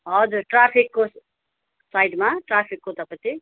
हजुर ट्राफिकको साइडमा ट्राफिकको उतापट्टि